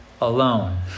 alone